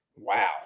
Wow